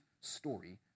story